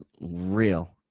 real